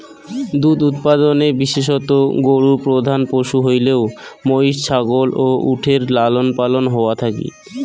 দুধ উৎপাদনে বিশেষতঃ গরু প্রধান পশু হইলেও মৈষ, ছাগল ও উটের লালনপালন হয়া থাকি